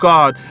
God